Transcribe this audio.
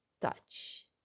touch